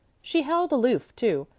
she held aloof, too,